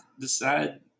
decide